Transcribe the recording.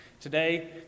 Today